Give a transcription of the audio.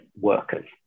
workers